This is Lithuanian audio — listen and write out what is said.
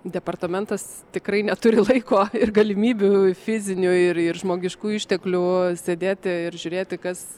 departamentas tikrai neturi laiko ir galimybių fizinių ir ir žmogiškųjų išteklių sėdėti ir žiūrėti kas